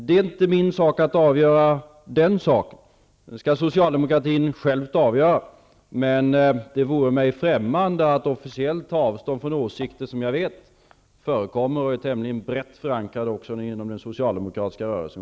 Det är inte min sak att avgöra den frågan. Den skall socialdemokratin själv avgöra. Men det vore mig främmande att officiellt ta avstånd från åsikter som jag vet förekommer och är tämligen brett förankrade även inom den socialdemokratiska rörelsen.